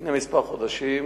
לפני כמה חודשים,